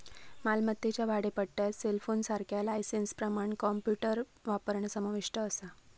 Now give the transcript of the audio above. मालमत्तेच्या भाडेपट्ट्यात सेलफोनसारख्या लायसेंसप्रमाण कॉम्प्युटर वापरणा समाविष्ट असा